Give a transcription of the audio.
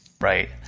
Right